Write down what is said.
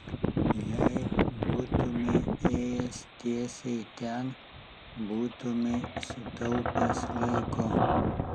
jei būtumei ėjęs tiesiai ten būtumei sutaupęs laiko